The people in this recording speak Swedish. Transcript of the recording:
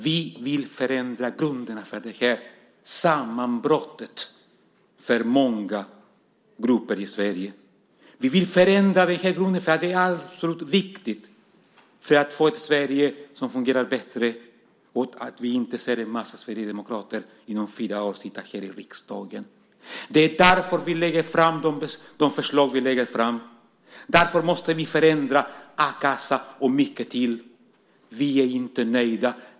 Vi vill förändra grunderna för detta sammanbrott för många grupper i Sverige. Vi vill förändra detta i grunden. Det är det absolut viktigaste för att få ett Sverige som fungerar bättre och för att vi inte om fyra år ska behöva se en massa sverigedemokrater sitta här i riksdagen. Det är därför vi lägger fram de förslag vi lägger fram. Det är därför vi måste förändra a-kassan och mycket mer. Vi är inte nöjda.